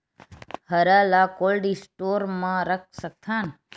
हरा ल cold store म रख सकथन?